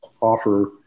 offer